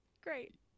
Great